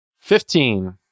Fifteen